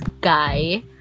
guy